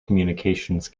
communications